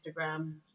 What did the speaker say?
Instagram